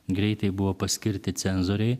greitai buvo paskirti cenzoriai